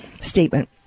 statement